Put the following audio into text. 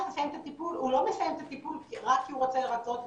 לסיים את הטיפול הוא לא מסיים את הטיפול רק כי הוא רוצה לרצות מישהו,